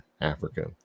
Africa